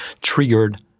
triggered